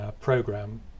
program